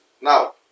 now